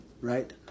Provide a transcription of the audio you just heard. right